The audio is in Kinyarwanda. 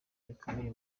bikomeye